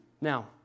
Now